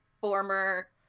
former